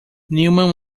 neumann